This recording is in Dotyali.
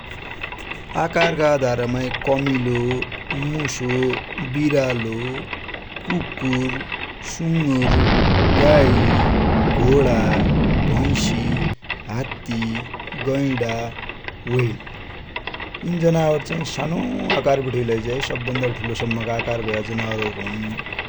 आकरका आधारमै कमिलो, मुसो, बिरालो, कुकुर, सुगुर, गाइ ,घोडा, भैसि, हात्ति, गैडा, व्हेल यिनि जनावर चाइ आकार मै सानो बठे लैझाइ सब भन्दा ठुलो आकार भया जनावर हुन ।